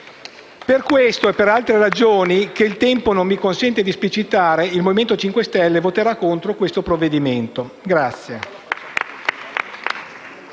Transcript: Per questa e per altre ragioni, che il tempo a disposizione non mi consente di esplicitare, il Movimento 5 Stelle voterà contro questo provvedimento.